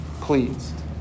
pleased